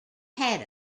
had